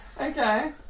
Okay